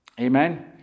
Amen